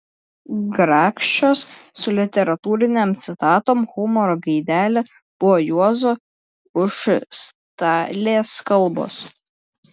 grakščios su literatūrinėm citatom humoro gaidele buvo juozo užstalės kalbos